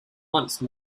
once